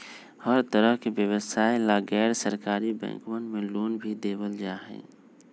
हर तरह के व्यवसाय ला गैर सरकारी बैंकवन मे लोन भी देवल जाहई